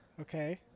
okay